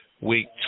Week